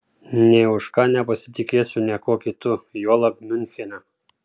nė už ką nepasitikėsiu niekuo kitu juolab miunchene